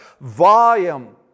volume